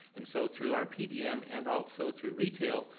and so through our pbm and also through retail,